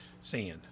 sand